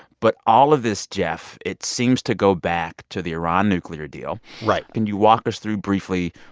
but all of this, geoff, it seems to go back to the iran nuclear deal right can you walk us through, briefly,